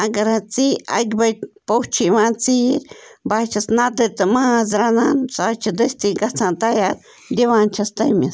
اَگر حظ ژیٖرۍ اَکہِ بَجہِ پوٚژھ چھِ یِوان ژیٖر بہٕ حظ چھَس نَدٕر تہٕ ماز رَنان سُہ حظ چھُ دٔستی گژھان تیار دِوان چھس تٔمِس